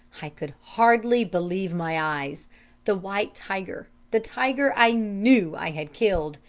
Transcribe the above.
i could hardly believe my eyes the white tiger, the tiger i knew i had killed!